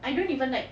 I don't even like